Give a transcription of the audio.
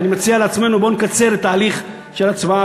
אני מציע לעצמנו: בואו נקצר את ההליך של ההצבעה,